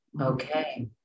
Okay